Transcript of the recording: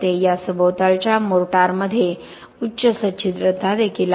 या सभोवतालच्या मोर्टारमध्ये उच्च सच्छिद्रता देखील आहे